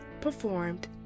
performed